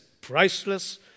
priceless